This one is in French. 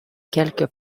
quelque